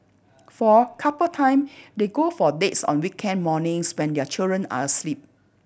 for couple time they go for dates on weekend mornings when their children are asleep